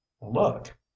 Look